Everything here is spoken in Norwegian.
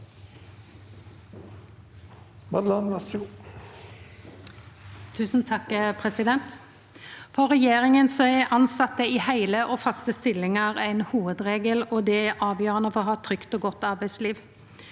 For regjeringa er tilsette i heile og faste stillingar ein hovudregel, og det er avgjerande for å ha eit trygt og godt arbeidsliv